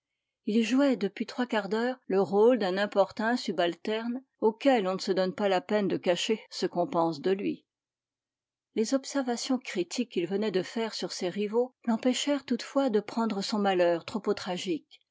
il jouait depuis trois quarts d'heure le rôle d'un importun subalterne auquel on ne se donne pas la peine de cacher ce qu'on pense de lui les observations critiques qu'il venait de faire sur ses rivaux l'empêchèrent toutefois de prendre son malheur trop au tragique